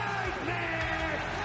Nightmare